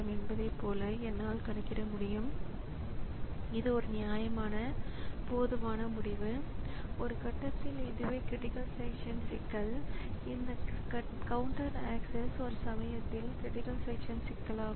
எனவே வரும் இந்த குறுக்கீடு இன்டரப்ட் சர்வீஸ் ராெட்டினுக்கு சென்று அதற்கேற்ப பொருத்தமான நடவடிக்கை எடுக்கப்படுகிறது